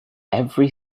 every